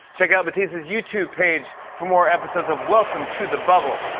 check out matisse's youtube page for more episodes of welcome to the bubble.